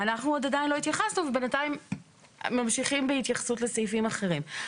אנחנו עדיין לא התייחסנו ובינתיים ממשיכים בהתייחסות לסעיפים אחרים.